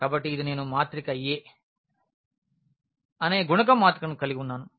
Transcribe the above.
కాబట్టి ఇది నేను మాత్రిక A అనే గుణకం మాత్రికను కలిగి ఉన్నాను